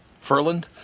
Ferland